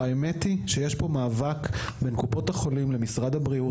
האמת היא שיש פה מאבק בין קופות החולים למשרד הבריאות,